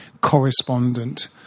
correspondent